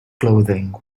clothing